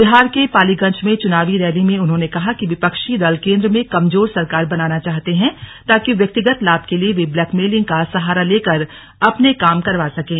बिहार के पालीगंज में चुनाव रैली में उन्होंने कहा कि विपक्षी दल केन्द्र में कमजोर सरकार बनाना चाहते हैं ताकि व्यक्तिगत लाभ के लिए ये ब्लैंकिमेलिंग का सहारा लेकर अपने काम करवा सकें